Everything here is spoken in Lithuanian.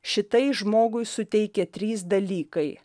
šitai žmogui suteikia trys dalykai